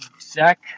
Zach